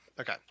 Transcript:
Okay